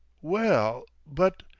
wel-l, but!